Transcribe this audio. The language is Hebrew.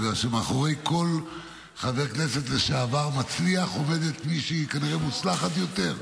בגלל שמאחורי כל חבר כנסת לשעבר מצליח עומדת כנראה מישהי מוצלחת יותר,